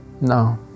No